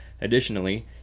Additionally